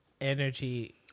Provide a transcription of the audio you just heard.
energy